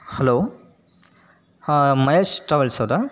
hello ಹಾಂ Mahesh travels ಅವರಾ